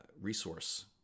resource